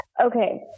Okay